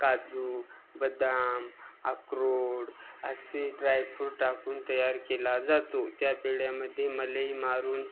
काजू बदाम आक्रोड असे ड्रायफ्रूट टाकून तयार केला जातो त्या पेढ्यामध्ये मलई मारून